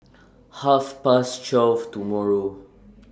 Half Past twelve tomorrow